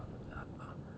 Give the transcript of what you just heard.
while meanwhile